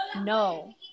No